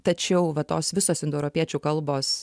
tačiau va tos visos indoeuropiečių kalbos